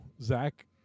Zach